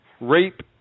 rape